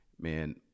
man